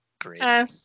great